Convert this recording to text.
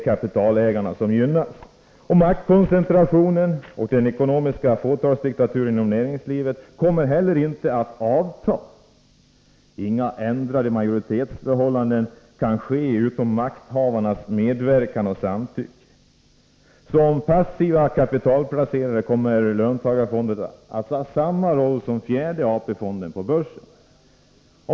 Kapitalägarna gynnas. Maktkoncentrationen och den ekonomiska fåtalsdiktaturen inom näringslivet kommer inte heller att avta. Inga ändrade majoritetsförhållanden kan inträffa utan makthavarnas medverkan och samtycke. Som passiva kapitalplacerare kommer löntagarfonderna att ha samma roll som fjärde AP-fonden på börsen.